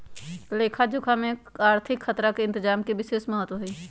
लेखा जोखा में आर्थिक खतरा के इतजाम के विशेष महत्व हइ